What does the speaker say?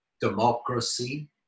democracy